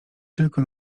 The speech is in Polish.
tylko